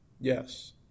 Yes